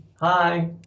Hi